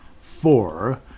Four